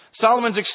Solomon's